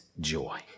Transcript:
joy